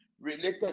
related